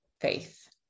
faith